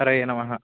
हरये नमः